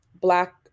black